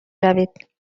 شوید